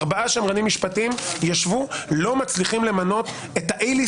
ארבעה שמרנים משפטיים ישבו ולא מצליחים למנות את השופט